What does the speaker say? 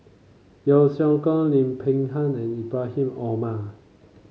Yeo Siak Goon Lim Peng Han and Ibrahim Omar